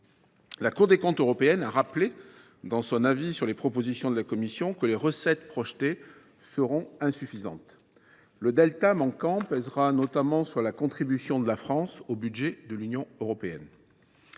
La Cour des comptes européenne a rappelé, dans son avis sur les propositions de la Commission européenne, que les recettes projetées seront insuffisantes. Le delta manquant pèsera notamment sur la contribution de la France au budget de l’Union européenne.